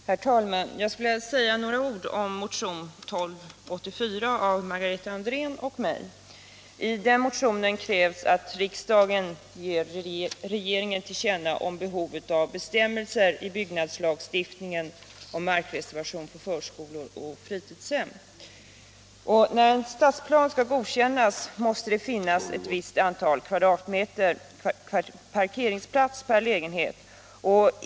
Herr talman! Jag skulle vilja säga några ord om motionen 1284 av Margareta Andrén och mig. I den motionen krävs att riksdagen ger regeringen till känna vad vi i motionen anfört om behovet av bestämmelser i byggnadslagstiftningen om markreservation för förskolor och fritidshem. : När en stadsplan skall godkännas måste det finnas ett visst antal kvadratmeter parkeringsplats per lägenhet.